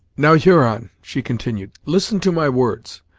now, huron, she continued, listen to my words.